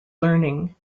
learning